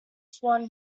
swan